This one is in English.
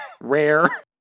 Rare